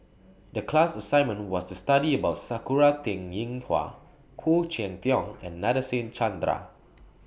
The class assignment was to study about Sakura Teng Ying Hua Khoo Cheng Tiong and Nadasen Chandra